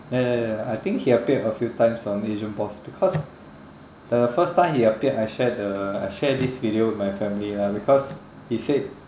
ya ya ya I think he appeared a few times on asian boss because the first time he appeared I shared the I share this video with my family lah because he said